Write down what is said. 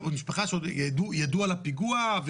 עכשיו המשפחה שעוד ידעו על הפיגוע,